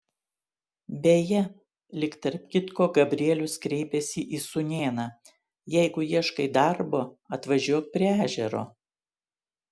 beje lyg tarp kitko gabrielius kreipėsi į sūnėną jeigu ieškai darbo atvažiuok prie ežero